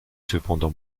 cependant